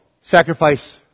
sacrifice